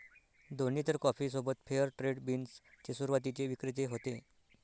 दोन्ही इतर कॉफी सोबत फेअर ट्रेड बीन्स चे सुरुवातीचे विक्रेते होते